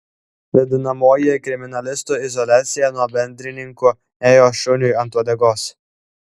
vadinamoji kriminalistų izoliacija nuo bendrininkų ėjo šuniui ant uodegos